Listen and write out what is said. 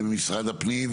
ממשרד הפנים,